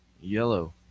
yellow